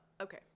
okay